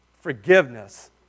Forgiveness